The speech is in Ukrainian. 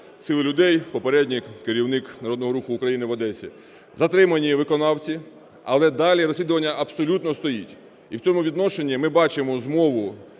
"Сили людей", попередній керівник Народного руху України в Одесі. Затримані виконавці, але далі розслідування абсолютно стоїть. І в цьому відношенні ми бачимо змову